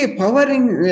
powering